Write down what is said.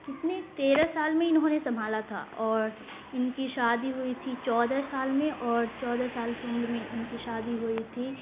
کتنی تیرہ سال میں انہوں نے سنبھالا تھا اور ان کی شادی ہوئی تھی چودہ سال میں اور چودہ سال کی عمر میں ان کی شادی ہوئی تھی